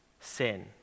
sin